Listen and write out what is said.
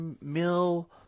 mill